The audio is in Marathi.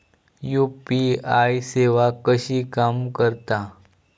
यू.पी.आय सेवा कशी काम करता?